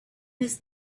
his